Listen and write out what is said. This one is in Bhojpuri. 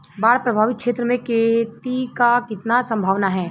बाढ़ प्रभावित क्षेत्र में खेती क कितना सम्भावना हैं?